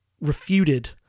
refuted